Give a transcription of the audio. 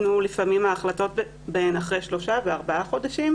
ההחלטות בהם לפעמים ניתנו אחרי שלושה וארבעה חודשים.